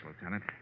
Lieutenant